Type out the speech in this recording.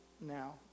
now